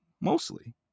mostly